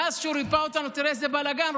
מאז שהוא ריפא אותנו תראה איזה בלגן,